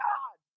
God